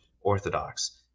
orthodox